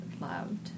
loved